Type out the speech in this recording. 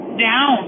down